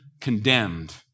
condemned